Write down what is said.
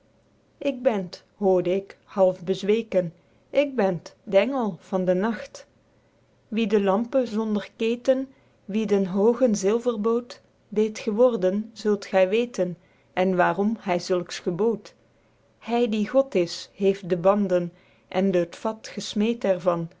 ik ben t hoorde ik half bezweken ik ben t de engel van den nacht wie de lampe zonder keten wie den hoogen zilverboot deed geworden zult gy weten en waerom hy zulks gebood hy die god is heeft de banden end het vat gesmeed